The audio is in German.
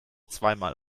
zweimal